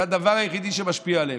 זה הדבר היחיד שמשפיע עליהם.